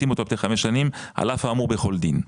אותו כחמש שנים על אף האמור בכל דין,